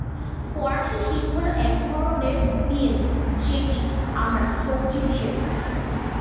ফরাসি শিম হল এক ধরনের বিন্স যেটি আমরা সবজি হিসেবে খাই